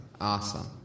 Awesome